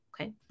Okay